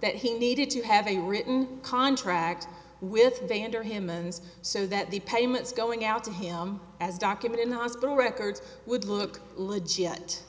that he needed to have a written contract with vander him and so that the payments going out to him as document in the hospital records would look legit